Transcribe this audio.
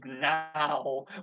now